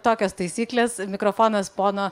tokios taisyklės mikrofonas pono